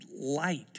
light